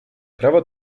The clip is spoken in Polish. prawa